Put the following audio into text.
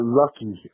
lucky